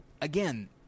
again